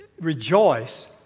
rejoice